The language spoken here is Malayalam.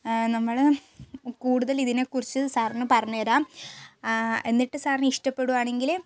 നമ്മൾ കൂടുതൽ ഇതിനെക്കുറിച്ച് സാറിന് പറഞ്ഞു തരാം എന്നിട്ട് സാറിന് ഇഷ്ടപ്പെടുകയാണെങ്കിൽ